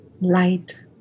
Light